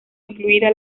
incluida